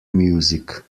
music